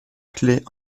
clés